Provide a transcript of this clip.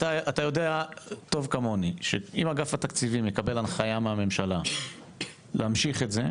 יודע טוב כמוני שאם אגף התקציבים יקבל הנחיה מהממשלה להמשיך את זה,